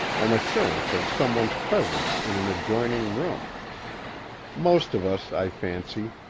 an assurance of someone's presence in an adjoining room most of us, i fancy,